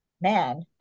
man